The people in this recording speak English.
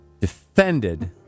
defended